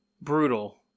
brutal